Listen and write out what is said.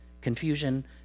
confusion